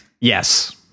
Yes